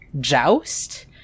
joust